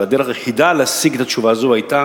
ושהדרך היחידה להשיג את התשובה הזו היתה